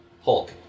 Hulk